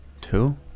Two